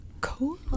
cool